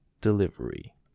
Delivery